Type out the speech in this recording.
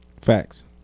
Facts